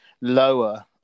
lower